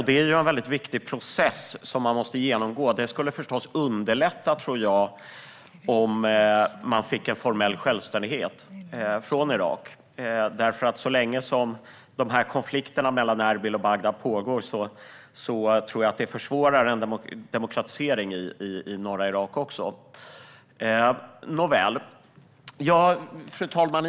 Det är en viktig process som man måste genomgå. Det skulle förstås underlätta om man fick en formell självständighet från Irak, för så länge som konflikterna mellan Erbil och Bagdad pågår tror jag att det försvårar en demokratisering också i norra Irak. Fru talman!